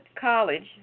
college